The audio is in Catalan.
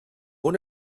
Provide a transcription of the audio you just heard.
una